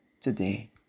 today